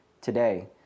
today